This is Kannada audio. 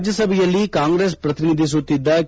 ರಾಜ್ಜಸಭೆಯಲ್ಲಿ ಕಾಂಗ್ರೆಸ್ ಪ್ರತಿನಿಧಿಸುತ್ತಿದ್ದ ಕೆ